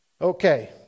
Okay